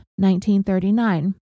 1939